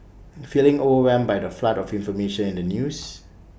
feeling overwhelmed by the flood of information in the news